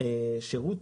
שירות